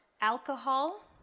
Alcohol